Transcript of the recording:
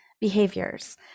behaviors